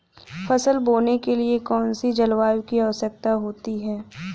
फसल बोने के लिए कौन सी जलवायु की आवश्यकता होती है?